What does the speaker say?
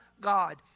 God